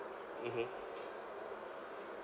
mmhmm